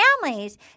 families